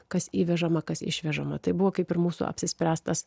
kas įvežama kas išvežama tai buvo kaip ir mūsų apsispręstas